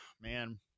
man